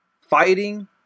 fighting